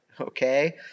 Okay